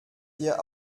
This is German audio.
dir